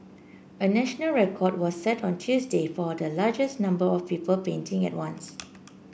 a national record was set on Tuesday for the largest number of people painting at once